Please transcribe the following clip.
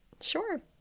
Sure